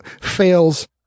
fails